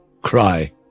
cry